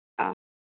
অঁ